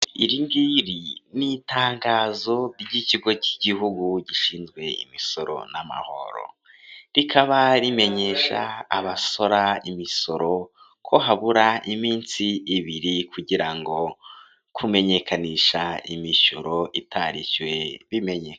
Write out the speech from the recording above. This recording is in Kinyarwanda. Iri ngiri ni itangazo ry'ikigo cy'igihugu gishinzwe imisoro n'amahoro. Rikaba rimenyesha abasora imisoro ko habura iminsi ibiri kugira ngo kumenyekanisha imisoro itarishyuwe bimenywe.